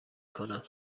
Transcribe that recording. کنم